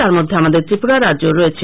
তার মধ্যে আমাদের ত্রিপুরা রাজ্যও রয়েছে